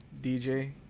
DJ